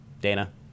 Dana